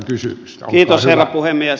kiitos herra puhemies